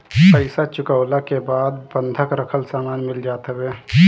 पईसा चुकवला के बाद बंधक रखल सामान मिल जात हवे